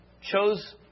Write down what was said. chose